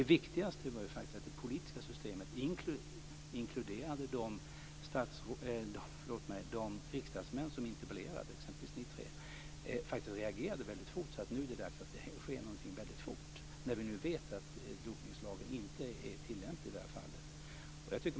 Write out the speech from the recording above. Det viktigaste var att det politiska systemet, inkluderande de riksdagsmän som interpellerade - exempelvis ni tre - reagerade väldigt fort och insåg att det var dags att någonting skedde snabbt, när vi vet att dopningslagen inte är tillämplig i det här fallet.